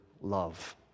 love